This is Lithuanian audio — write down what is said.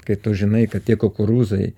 kai tu žinai kad tie kukurūzai